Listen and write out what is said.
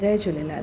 Jay Jhulelal